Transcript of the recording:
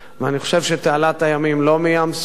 אני חושב שתעלת הימים, לא מים-סוף,